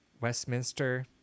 Westminster